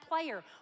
player